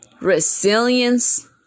Resilience